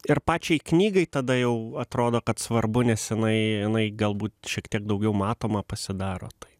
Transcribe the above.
ir pačiai knygai tada jau atrodo kad svarbu nes jinai jinai galbūt šiek tiek daugiau matoma pasidaro tai